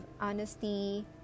honesty